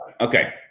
Okay